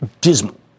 Dismal